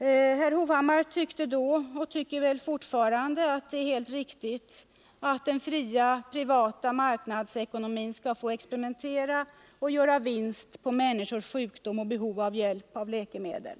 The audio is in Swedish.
Herr Hovhammar tyckte då, och tycker väl fortfarande, att det är helt riktigt att den fria, privata marknadsekonomin skall få experimentera och göra vinst på människors sjukdomar och behov av hjälp av läkemedel.